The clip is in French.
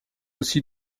aussi